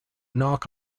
knock